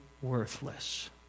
worthless